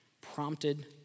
prompted